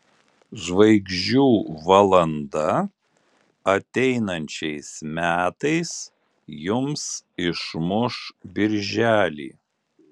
žvaigždžių valanda ateinančiais metais jums išmuš birželį